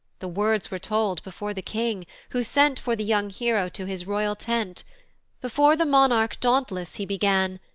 the words were told before the king, who sent for the young hero to his royal tent before the monarch dauntless he began,